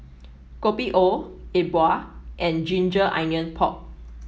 Kopi O E Bua and ginger onion pork